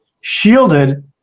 shielded